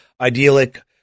idyllic